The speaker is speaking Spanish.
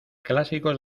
clásicos